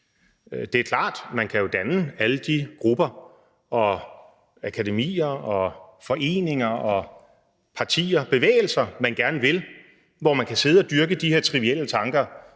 Det er klart, at man jo kan danne alle de grupper og akademier og foreninger og partier og bevægelser, man gerne vil, hvor man kan sidde og dyrke de her trivielle tanker